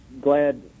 glad –